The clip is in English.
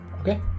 Okay